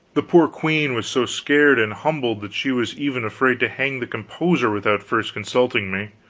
the poor queen was so scared and humbled that she was even afraid to hang the composer without first consulting me.